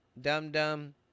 Dum-Dum